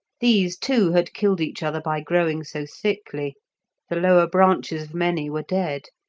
these, too, had killed each other by growing so thickly the lower branches of many were dead,